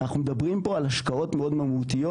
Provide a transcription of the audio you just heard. אנחנו מדברים פה על השקעות מאוד מהותיות.